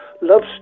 loves